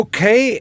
Okay